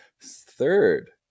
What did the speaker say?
Third